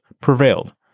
prevailed